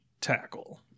tackle